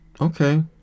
Okay